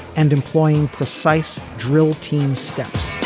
and employing precise drill team steps.